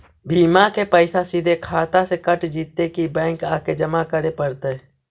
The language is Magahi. बिमा के पैसा सिधे खाता से कट जितै कि बैंक आके जमा करे पड़तै?